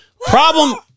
problem